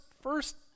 first